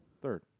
Third